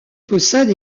possède